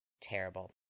terrible